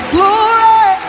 Glory